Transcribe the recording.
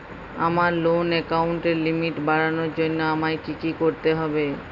আমার লোন অ্যাকাউন্টের লিমিট বাড়ানোর জন্য আমায় কী কী করতে হবে?